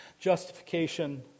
justification